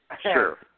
Sure